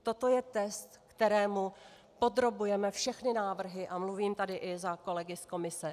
Toto je test, kterému podrobujeme všechny návrhy, a mluvím tady i za kolegy z Komise.